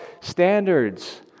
standards